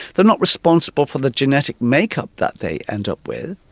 they are not responsible for the genetic makeup that they end up with,